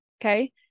Okay